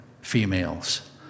females